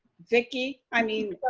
vicki, i mean,